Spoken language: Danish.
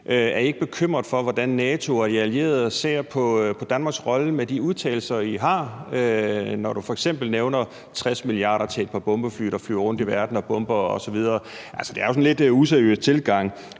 selvfølgelig, hvordan NATO og de allierede ser på Danmarks rolle med de udtalelser, I har, når du f.eks. nævner 60 mia. kr. til et par bombefly, der flyver rundt i verden og bomber osv.? Altså, det er jo en sådan lidt useriøs tilgang,